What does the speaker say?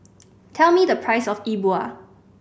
tell me the price of E Bua